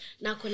Now